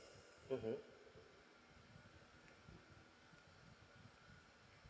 mmhmm